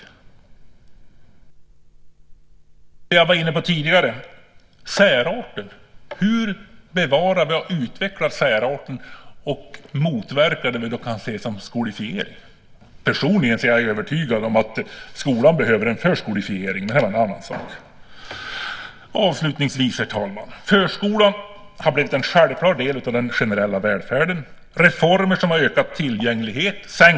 Jag var tidigare inne på detta med särarter. Hur bevarar och utvecklar vi särarten och motverkar det som vi kan se som skolifiering? Personligen är jag övertygad om att skolan behöver en förskolifiering, men det är en annan sak. Herr talman! Avslutningsvis vill jag säga att förskolan har blivit en självklar del av den generella välfärden. Reformer som har ökat tillgängligheten har genomförts.